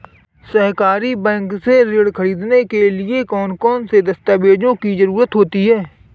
सहकारी बैंक से ऋण ख़रीदने के लिए कौन कौन से दस्तावेजों की ज़रुरत होती है?